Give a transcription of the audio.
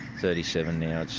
thirty seven now